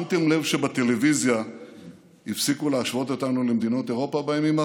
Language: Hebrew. שמתם לב שבטלוויזיה הפסיקו להשוות אותנו למדינות אירופה בימים האחרונים?